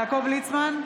יעקב ליצמן,